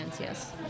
yes